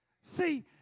see